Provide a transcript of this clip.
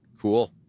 Cool